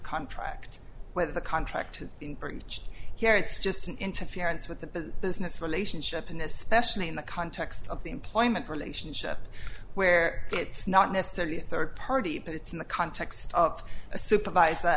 contract whether the contract has been breached here it's just an interference with the business relationship in especially in the context of the employment relationship where it's not necessarily a third party but it's in the context of a supervisor